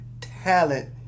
talent